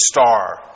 star